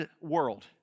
world